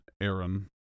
Aaron